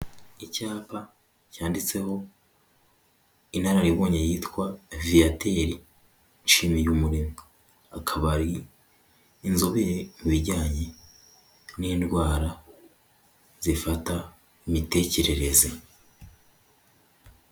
Icyapa cyanditseho inararibonye yitwa Viateur Nshimiyumuremyi, akaba ari inzobere mu bijyanye n'indwara zifata imitekerereze.